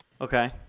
Okay